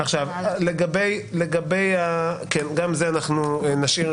גם זה נשאיר,